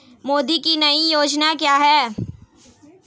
मोदी की नई योजना क्या है?